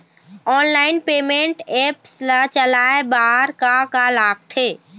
Online payment apps ला चलाए बार का का लगथे?